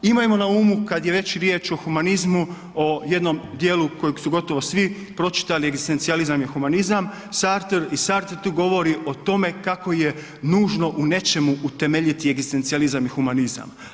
Imajmo na umu kad je već riječ o humanizmu, o jednom dijelu kojeg su gotovo svi pročitali egzistencijalizam i humanizam Sartre tu govori o tome kako je nužno u nečemu utemeljiti egzistencijalizam i humanizam.